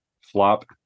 flop